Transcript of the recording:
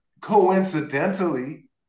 coincidentally